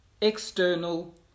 external